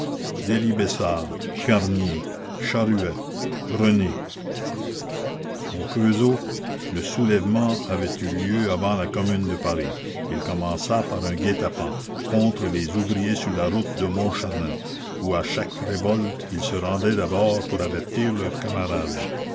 garnier charruet rené au creusot le soulèvement avait eu lieu avant la commune de paris il commença par un guet-apens contre les ouvriers sur la route de montchanin où à chaque révolte ils se rendaient d'abord pour avertir leurs camarades